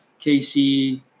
KC